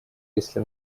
если